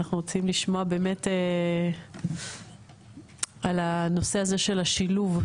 אנחנו רוצים לשמוע באמת על הנושא הזה של השילוב.